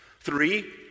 Three